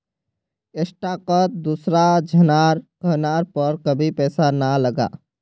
स्टॉकत दूसरा झनार कहनार पर कभी पैसा ना लगा